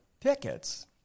tickets